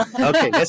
Okay